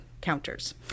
counters